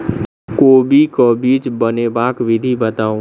कोबी केँ बीज बनेबाक विधि बताऊ?